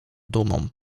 dumą